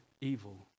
evil